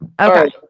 Okay